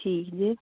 ਠੀਕ ਜੇ